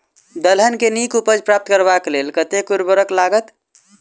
दलहन केँ नीक उपज प्राप्त करबाक लेल कतेक उर्वरक लागत?